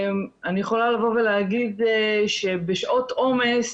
אני יכולה לבוא ולהגיד שבשעות עומס